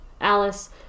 Alice